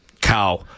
cow